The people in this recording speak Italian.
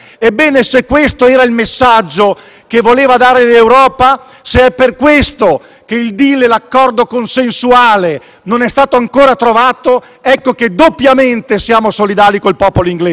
che voleva dare l'Europa, se è per questo che il *deal*, l'accordo consensuale, non è stato ancora trovato, ecco che doppiamente siamo solidali con il popolo inglese. Doppiamente Fratelli d'Italia